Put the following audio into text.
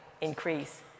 increase